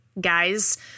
guys